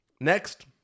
next